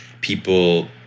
people